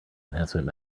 enhancement